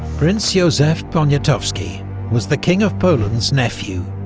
prince jozef poniatowski was the king of poland's nephew,